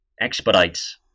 expedites